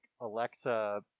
alexa